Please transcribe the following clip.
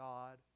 God